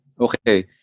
Okay